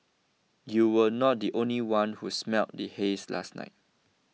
you were not the only one who smelled the haze last night